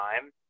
time